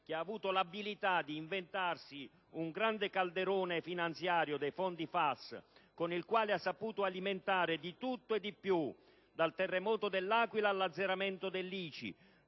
(che ha avuto l'abilità di inventarsi il grande calderone finanziario dei fondi FAS, con il quale ha saputo alimentare di tutto e di più, dal terremoto dell'Aquila all'azzeramento dell'ICI